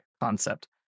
concept